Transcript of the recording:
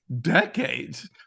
decades